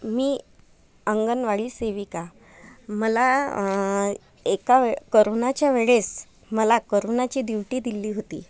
मी अंगणवाडी सेविका मला एका करोनाच्या वेळेस मला करोनाची ड्युटी दिली होती